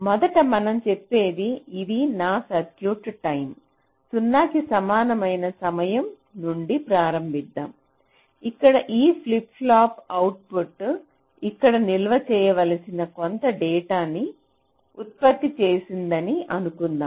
మొదట మనం చెప్పేది ఇది నా సర్క్యూట్ టైం 0 కి సమానమైన సమయం నుండి ప్రారంభిద్దాం ఇక్కడ ఈ ఫ్లిప్ ఫ్లాప్ అవుట్పుట్ ఇక్కడ నిల్వ చేయవలసిన కొంత డేటాను ఉత్పత్తి చేసిందని అనుకుందాం